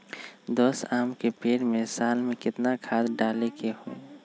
दस आम के पेड़ में साल में केतना खाद्य डाले के होई?